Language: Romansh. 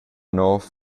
nov